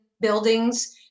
buildings